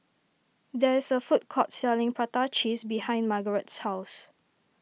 there is a food court selling Prata Cheese behind Margarette's house